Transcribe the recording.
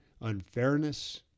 unfairness